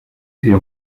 est